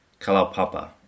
Kalaupapa